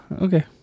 Okay